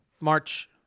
March